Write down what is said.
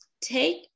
take